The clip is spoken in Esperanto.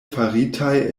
faritaj